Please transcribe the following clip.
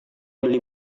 beli